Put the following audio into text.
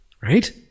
Right